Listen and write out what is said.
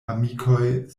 amikoj